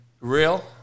real